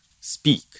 speak